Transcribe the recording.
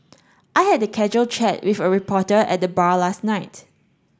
I had a casual chat with a reporter at the bar last night